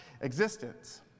existence